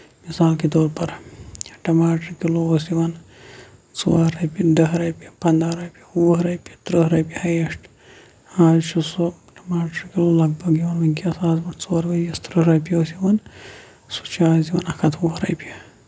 مِثال کہِ تور پَر ٹَماٹر کِلوٗ اوس یِوان ژور رۄپیہِ دہ رۄپیہِ پَنداہ رۄپیہِ وُہ رۄپییہِ تٕرہ رۄپیہِ ہایسٹ آز چھُ سُہ ٹَماٹر کِلوٗ لگ بگ یِوان وٕنکیٚس آز برونہہ ژور ؤری یُس تٕرہ رۄپیہِ اوس یِوان سُہ چھُ آز یِوان اکھ ہَتھ وُہ رۄپیہِ